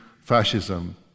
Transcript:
fascism